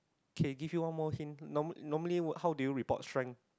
okay give you one more hint normal normally how do you report strength